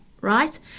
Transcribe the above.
right